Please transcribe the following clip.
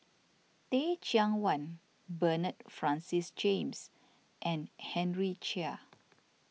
Teh Cheang Wan Bernard Francis James and Henry Chia